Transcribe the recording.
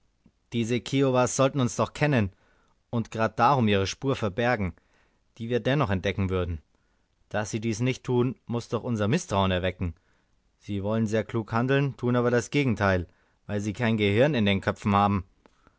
diese kiowas sollten uns doch kennen und grad darum ihre spur verbergen die wir dennoch entdecken würden daß sie dies nicht tun muß doch unser mißtrauen erwecken sie wollen sehr klug handeln tun aber das gegenteil weil sie kein gehirn in den köpfen haben